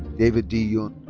david d.